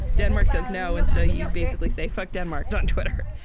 denmark says no and so you basically say fuck denmark on twitter.